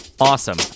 Awesome